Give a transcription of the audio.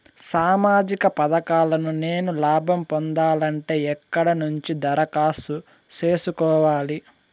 సామాజిక పథకాలను నేను లాభం పొందాలంటే ఎక్కడ నుంచి దరఖాస్తు సేసుకోవాలి?